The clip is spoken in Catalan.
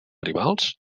rivals